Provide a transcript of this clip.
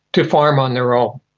to farm on their own.